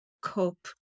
cope